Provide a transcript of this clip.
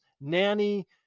nanny